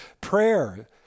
prayer